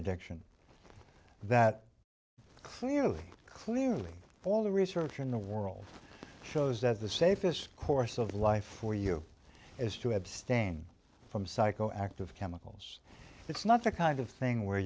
addiction that clearly clearly all the research in the world shows that the safest course of life for you is to abstain from psychoactive chemicals it's not the kind of thing where